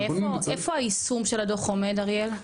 איפה היישום של הדוח עומד, אריאל?